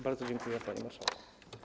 Bardzo dziękuję, panie marszałku.